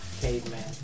Caveman